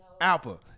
Alpha